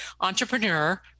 entrepreneur